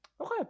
Okay